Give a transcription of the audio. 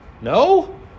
No